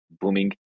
booming